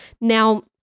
now